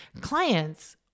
clients